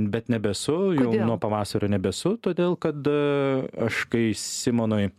bet nebesu jau nuo pavasario nebesu todėl kad aš kai simonui